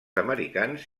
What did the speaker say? americans